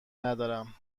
ندارم